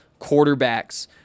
quarterbacks